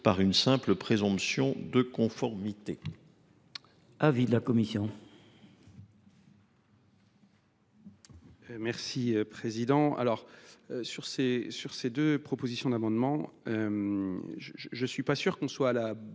par une simple présomption de conformité.